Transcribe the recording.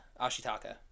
Ashitaka